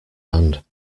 hand